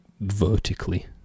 vertically